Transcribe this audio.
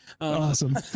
Awesome